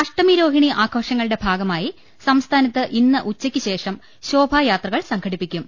അഷ്ടമി രോഹിണിആഘോഷങ്ങളുടെ ഭാഗമായി സംസ്ഥാ നത്ത് ഇന്ന് ഉച്ചയ്ക്ക് ശേഷം ശോഭായാത്രകൾ സംഘടി പ്പിക്കും